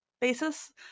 basis